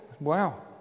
Wow